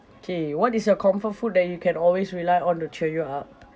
K what is your comfort food that you can always rely on to cheer you up